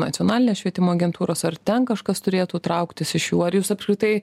nacionalinės švietimo agentūros ar ten kažkas turėtų trauktis iš jų ar jūs apskritai